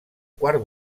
quart